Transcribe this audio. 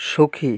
সুখী